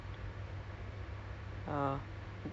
so I'm a I'm